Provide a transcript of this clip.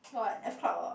!wah! f-club uh